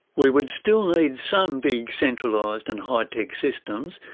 we would still need some big, centralised and high tech systems,